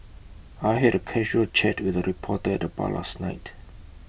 I had A casual chat with A reporter at the bar last night